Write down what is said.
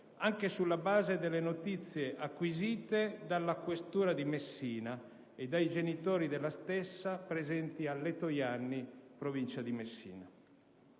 anche sulla base delle notizie acquisite dalla questura di Messina e dai genitori della stessa presenti a Letojanni, in provincia di Messina.